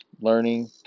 learning